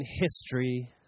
history